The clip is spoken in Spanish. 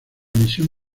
misión